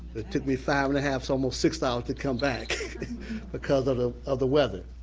it took me five and a half, almost six hours to come back because of ah of the weather.